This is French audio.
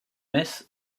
messe